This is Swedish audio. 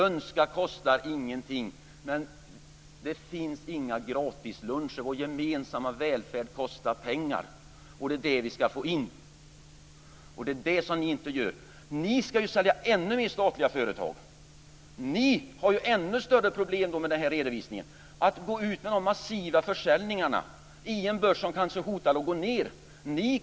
Önska kostar ingenting, men det finns inga gratisluncher. Vår gemensamma välfärd kostar pengar. Det är de pengarna som vi ska få in, och som ni inte får in. Ni ska ju sälja ännu mer statliga företag. Ni har ju ännu större problem med den här redovisningen. Ni går ut med de här massiva försäljningarna i en börs som kanske hotar att gå ned.